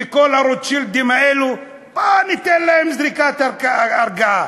וכל הרוטשילדים האלה, בוא ניתן להם זריקת הרגעה.